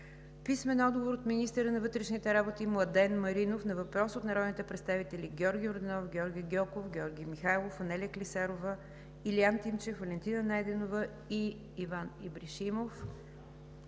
Иван Ибришимов; - министъра на вътрешните работи Младен Маринов на въпрос от народните представители Георги Йорданов, Георги Гьоков, Георги Михайлов, Анелия Клисарова, Илиян Тимчев, Валентина Найденова и Иван Ибришимов;